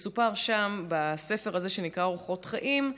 מסופר שם בספר הזה שנקרא "אורחות חיים",